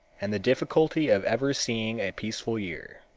and the difficulty of ever seeing a peaceful year.